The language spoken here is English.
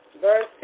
verse